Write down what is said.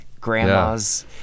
grandma's